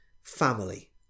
family